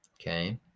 okay